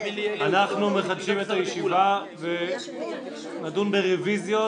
אנחנו מחדשים את הישיבה ונדון ברביזיות